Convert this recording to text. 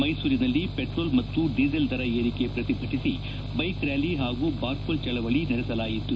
ಮೈಸೂರಿನಲ್ಲಿ ಪೆಟ್ರೋಲ್ ಮತ್ತು ಡೀಸೆಲ್ ದರ ಏರಿಕೆ ಪ್ರತಿಭಟಿಸಿ ಬೈಕ್ ರ್ನಾಲಿ ಹಾಗೂ ಬಾರ್ಕೋಲ್ ಚಳವಳಿ ನಡೆಸಲಾಯಿತು